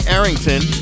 Arrington